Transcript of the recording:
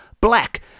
black